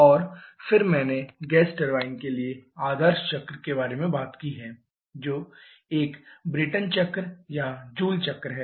और फिर मैंने गैस टरबाइन के लिए आदर्श चक्र के बारे में बात की है जो एक ब्रेटन चक्र या जूल चक्र है